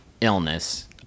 illness